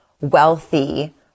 wealthy